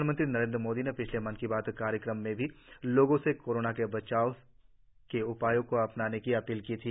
प्रधानमंत्री नरेन्द्र मोदी ने पिछले मन की बात कार्यक्रम में भी लोगों से कोरोना से बचाव के उपयों को अपनाने की अपील की थी